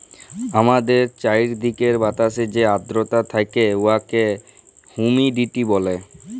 আমাদের চাইরদিকের বাতাসে যে আদ্রতা থ্যাকে উয়াকে হুমিডিটি ব্যলে